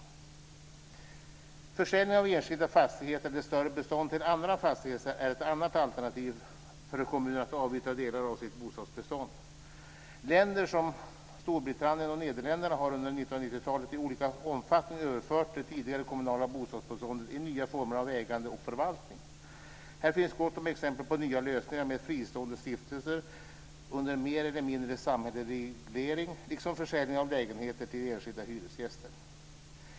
Försäljning av enskilda fastigheter eller större bestånd till andra fastighetsägare är ett annat alternativ för kommunerna att avyttra delar av sitt bostadsbestånd. Länder som Storbritannien och Nederländerna har under 1990-talet i olika omfattning överfört det tidigare kommunala bostadsbeståndet i nya former av ägande och förvaltning. Här finns gott om exempel på nya lösningar med fristående stiftelser under mer eller mindre samhällelig reglering, liksom försäljning av lägenheter till enskilda hyresgäster.